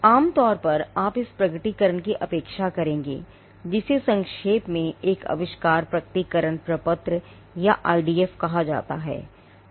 आम तौर पर आप इस प्रकटीकरण की अपेक्षा करेंगे जिसे संक्षेप में एक आविष्कार प्रकटीकरण प्रपत्र या आईडीएफ कहा जाता है